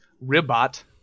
ribot